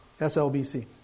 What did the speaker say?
SLBC